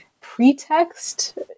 pretext